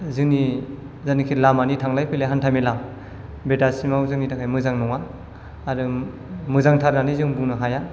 जोंनि जेनोखि लामानि थांलाय फैलायनि हान्था मेला बे दासिमाव जोंनि थाखाय मोजां नङा आरो मोजांथार होननानै जों बुंनो हाया